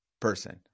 person